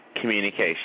communication